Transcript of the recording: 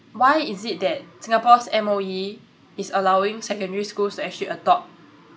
why is it that singapore's M_O_E is allowing secondary schools to actually adopt